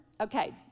Okay